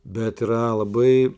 bet yra labai